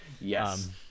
Yes